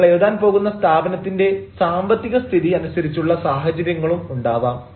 നിങ്ങൾ എഴുതാൻ പോകുന്ന സ്ഥാപനത്തിന്റെ സാമ്പത്തിക സ്ഥിതി അനുസരിച്ചുള്ള സാഹചര്യങ്ങളും ഉണ്ടാവാം